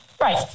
right